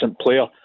player